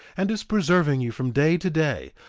and is preserving you from day to day,